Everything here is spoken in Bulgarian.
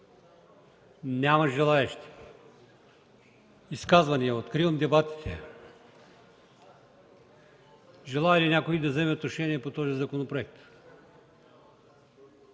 Няма желаещи. Откривам дебатите. Желае ли някой да вземе отношение по този законопроект?